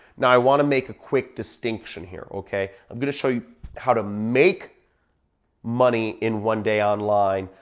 now, i wanna make a quick distinction here. okay, i'm gonna show you how to make money in one day online.